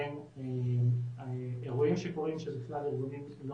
בין אירועים שקורים שבכלל ארגונים לא